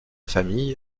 famille